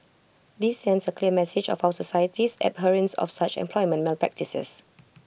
this sends A clear message of our society's abhorrence of such employment malpractices